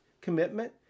commitment